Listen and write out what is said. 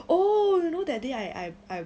oh you know that day I I I